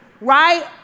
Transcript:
Right